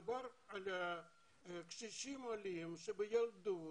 מדובר על קשישים עולים שבילדות